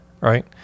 Right